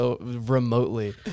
remotely